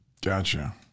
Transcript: Gotcha